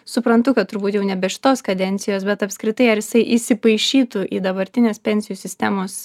suprantu kad turbūt jau nebe šitos kadencijos bet apskritai ar jisai įsipaišytų į dabartinės pensijų sistemos